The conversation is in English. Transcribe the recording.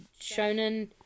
shonen